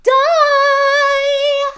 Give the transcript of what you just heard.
die